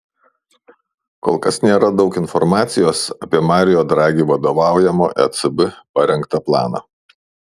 kol kas nėra daug informacijos apie mario dragi vadovaujamo ecb parengtą planą